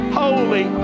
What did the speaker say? holy